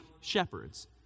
shepherds